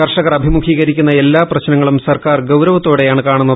കർഷകർ അഭിമുഖീകരിക്കുന്ന് എല്ലാ പ്രശ്നങ്ങളും സർക്കാർ ഗൌരവത്തോടെയാണ് ക്ടിഞ്ചുന്നത്